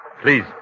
Please